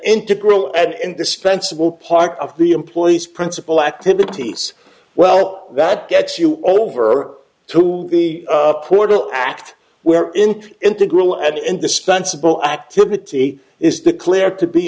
integral and indispensable part of the employees principle activities well that gets you over to the portal act we are in integral and indispensable activity is declared to be